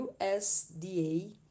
USDA